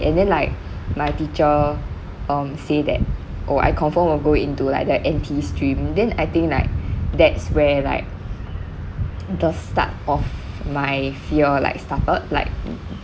and then like my teacher um say that oh I confirm will go into like the NT stream then I think like that's where like the start of my fear like started like